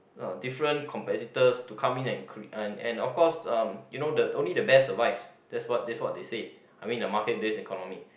uh different competitors to come in and cre~ and of course uh you know the only the best survive that's what that's what they say I mean the market based economy